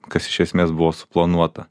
kas iš esmės buvo suplanuota